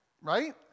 right